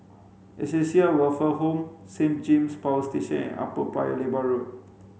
Acacia Welfare Home Saint James Power Station and Upper Paya Lebar Road